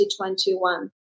2021